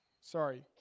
sorry